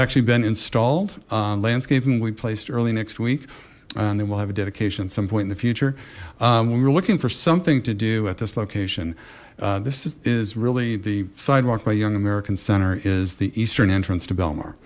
actually been installed landscaping we placed early next week and then we'll have a dedication at some point in the future when we're looking for something to do at this location this is really the sidewalk by young american center is the eastern entrance to b